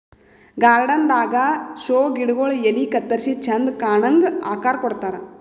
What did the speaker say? garden ದಾಗಾ show ಗಿಡಗೊಳ್ ಎಲಿ ಕತ್ತರಿಸಿ ಚಂದ್ ಕಾಣಂಗ್ ಆಕಾರ್ ಕೊಡ್ತಾರ್